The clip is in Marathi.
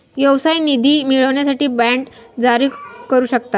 व्यवसाय निधी मिळवण्यासाठी बाँड जारी करू शकता